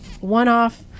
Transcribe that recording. one-off